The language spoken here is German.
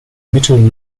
mittel